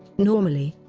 normally,